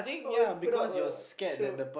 always put up a show